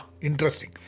Interesting